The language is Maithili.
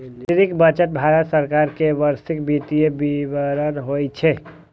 केंद्रीय बजट भारत सरकार के वार्षिक वित्तीय विवरण होइ छै